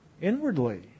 inwardly